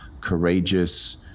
courageous